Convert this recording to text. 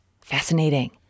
fascinating